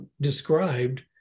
described